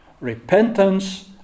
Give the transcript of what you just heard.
repentance